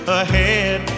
ahead